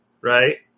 right